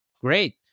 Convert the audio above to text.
Great